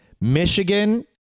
Michigan